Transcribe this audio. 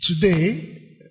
today